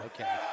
Okay